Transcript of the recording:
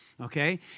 okay